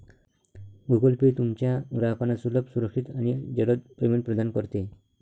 Google Pay तुमच्या ग्राहकांना सुलभ, सुरक्षित आणि जलद पेमेंट प्रदान करते